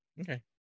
okay